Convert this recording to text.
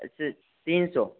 तीन सौ